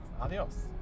Adios